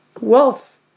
Wealth